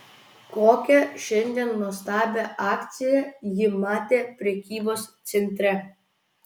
kokią šiandien nuostabią akciją ji matė prekybos centre